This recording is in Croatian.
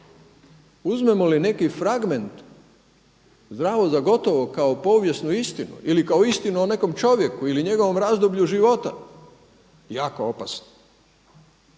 Uzmemo li neki fragment zdravo za gotovo kao povijesnu istinu ili kao istinu o nekom čovjeku ili njegovom razdoblju života, jako opasno.